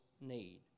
need